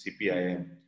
CPIM